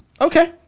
okay